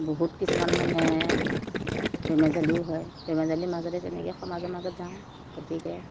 বহুত কিছুমান মানে বেমেজালিও হয় বেমেজালিৰ মাজতে তেনেকৈ সমাজৰ মাজত যাওঁ গতিকে